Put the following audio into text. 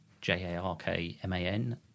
J-A-R-K-M-A-N